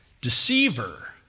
deceiver